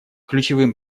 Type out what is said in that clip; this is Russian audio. ключевым